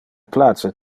place